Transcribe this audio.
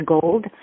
gold